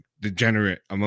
degenerate